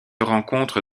rencontre